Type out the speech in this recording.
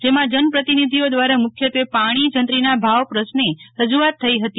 જેમાં જન પ્રતિનિધિઓ દ્વારા મુખ્યત્વે પાણી જંત્રીના ભાવ પ્રશ્ને રજુઆત થઈ ફતી